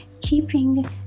keeping